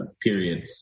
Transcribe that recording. period